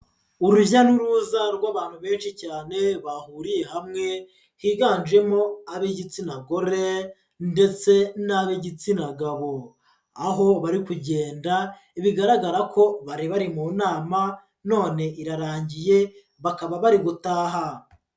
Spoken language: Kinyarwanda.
Urujya n'uruza rw'abantu benshi cyane bahuriye hamwe, higanjemo ab'igitsina gore, ndetse n'ab'igitsina gabo, aho bari kugenda, bigaragara ko bari bari mu nama, none irarangiye, bakaba bari gutaha.